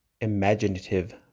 imaginative